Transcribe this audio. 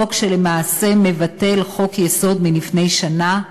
חוק שלמעשה מבטל חוק-יסוד מלפני שנה,